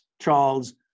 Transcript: Charles